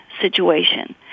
situation